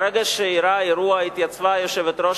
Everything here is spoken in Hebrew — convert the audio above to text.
ברגע שאירע האירוע התייצבה יושבת-ראש